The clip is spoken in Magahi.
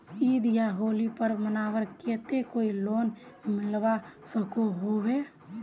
ईद या होली पर्व मनवार केते कोई लोन मिलवा सकोहो होबे?